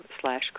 slash